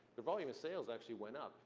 the volume of sales actually went up,